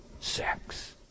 sex